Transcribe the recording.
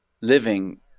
living